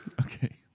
Okay